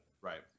Right